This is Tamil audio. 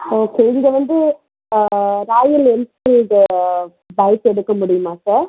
ஓகே இங்கே வந்து ஆ ராயல் என்ஃபீல்டு பைக்கு எடுக்க முடியுமா சார்